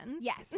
Yes